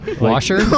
washer